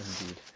Indeed